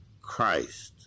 Christ